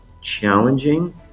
challenging